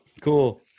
Cool